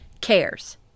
cares